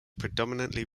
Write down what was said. predominantly